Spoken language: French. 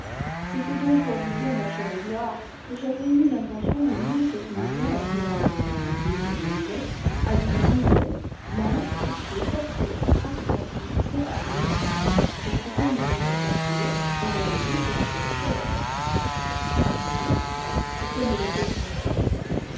c'était donc pour vous dire mon cher edwards que j'avais eu l'intention de louer cette maison admirablement meublée comme elle l'est à des anglais linge cristaux porcelaine argenterie serre chaude quelques-uns de vos compatriotes auraient payé cela fort cher sans doute pourquoi ne le faites-vous pas